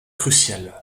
cruciale